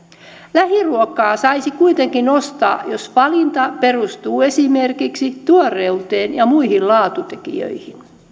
lähiruokaa saisi kuitenkin ostaa jos valinta perustuu esimerkiksi tuoreuteen ja muihin laatutekijöihin